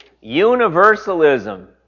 universalism